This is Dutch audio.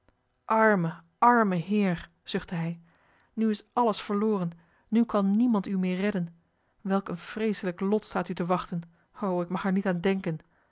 arme arme heer zuchtte hij nu is alles verloren nu kan niemand u meer redden welk een vreeselijk lot staat u te wachten o ik mag er niet aan denken